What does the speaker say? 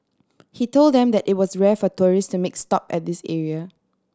he told them that it was rare for tourist to make a stop at this area